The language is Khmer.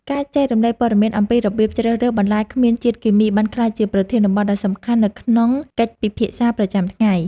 ការចែករំលែកព័ត៌មានអំពីរបៀបជ្រើសរើសបន្លែគ្មានជាតិគីមីបានក្លាយជាប្រធានបទដ៏សំខាន់នៅក្នុងកិច្ចពិភាក្សាប្រចាំថ្ងៃ។